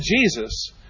Jesus